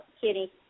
Kitty